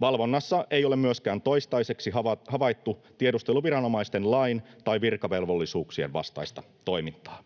Valvonnassa ei ole myöskään toistaiseksi havaittu tiedusteluviranomaisten lain- tai virkavelvollisuuksien vastaista toimintaa.